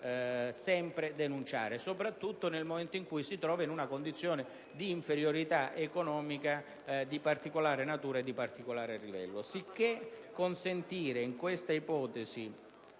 sempre denunciare, soprattutto nel momento in cui si trova in una situazione di inferiorità economica di particolare natura e rilievo. Sicché, credo sarebbe opportuno consentire in questa ipotesi